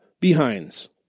behinds